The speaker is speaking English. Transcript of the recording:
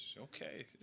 Okay